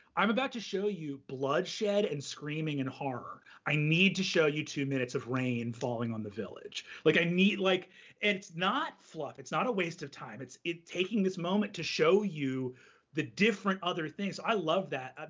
i'm about to show you bloodshed and screaming and horror. i need to show you two minutes of rain falling on the village. like and like it's not fluff. it's not a waste of time. it's it's taking this moment to show you the different other things. i love that.